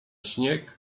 śnieg